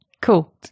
Cool